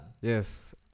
Yes